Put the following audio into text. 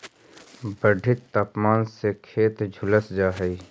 बढ़ित तापमान से खेत झुलस जा हई